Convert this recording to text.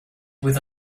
with